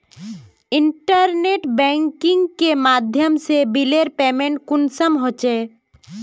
Internet banking के माध्यम से बिलेर पेमेंट कुंसम होचे?